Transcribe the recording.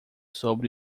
sobre